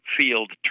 field